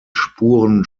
spuren